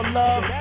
love